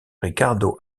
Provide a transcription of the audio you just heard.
ricardo